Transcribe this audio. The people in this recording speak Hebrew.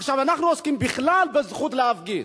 עכשיו אנחנו עוסקים בכלל בזכות להפגין.